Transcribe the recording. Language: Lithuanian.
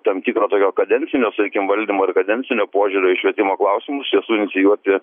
tam tikro tokio kadencinio sakykim valdymo ir kadencinio požiūrio į švietimo klausimus esu inicijuoti